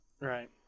Right